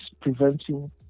preventing